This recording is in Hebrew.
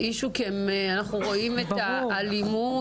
אנחנו רואים את האלימות,